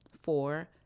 Four